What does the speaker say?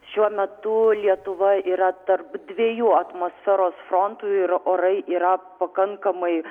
šiuo metu lietuva yra tarp dviejų atmosferos frontų ir orai yra pakankamai